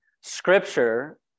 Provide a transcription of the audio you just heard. Scripture